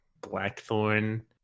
Blackthorn